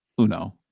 uno